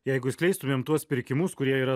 jeigu išskleistumėm tuos pirkimus kurie yra